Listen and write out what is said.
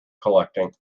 collecting